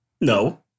No